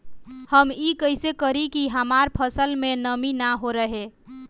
हम ई कइसे करी की हमार फसल में नमी ना रहे?